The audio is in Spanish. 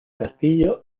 castillo